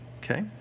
okay